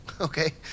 okay